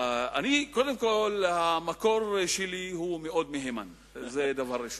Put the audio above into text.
המקור שלי הוא מאוד מהימן, זה דבר ראשון.